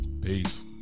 Peace